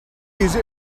use